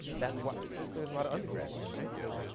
that's why, there's a lot of undergrads here, right? so,